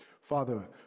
Father